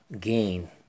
gain